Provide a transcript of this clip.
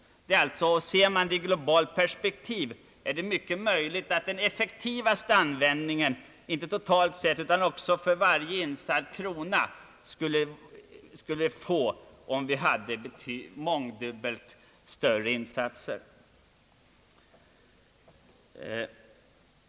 Ser man denna fråga i globalt perspektiv är det mycket möjligt att man finner att den effektivaste användningen, inte bara totalt sett utan beträffande varje insatt krona, av utvecklingsbiståndet skulle uppstå genom mångdubbelt större insatser.